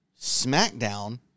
Smackdown